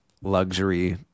luxury